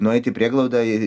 nueit į prieglaudą ir